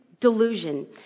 delusion